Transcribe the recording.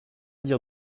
dire